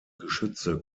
geschütze